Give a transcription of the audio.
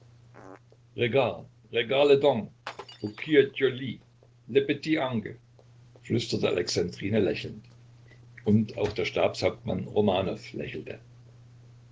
flüsterte alexandrine lächelnd und auch der stabshauptmann romanow lächelte